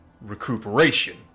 recuperation